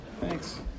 thanks